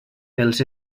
pels